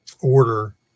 order